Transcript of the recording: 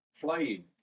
playing